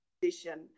condition